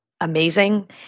amazing